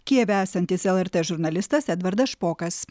kijeve esantis lrt žurnalistas edvardas špokas